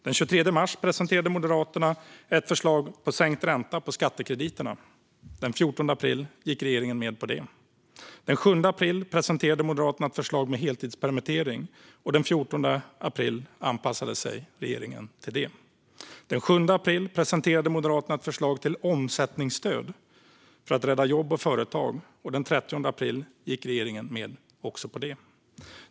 Den 23 mars presenterade Moderaterna ett förslag om sänkt ränta på skattekrediter. Den 14 april gick regeringen med på det. Den 7 april presenterade Moderaterna ett förslag om heltidspermittering. Den 14 april anpassade sig regeringen till det. Den 7 april presenterade Moderaterna ett förslag till omsättningsstöd för att rädda jobb och företag. Den 30 april gick regeringen med också på det.